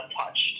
untouched